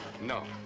No